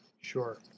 Sure